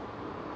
okay